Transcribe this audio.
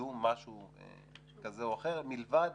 לקידום משהו כזה או אחר, מלבד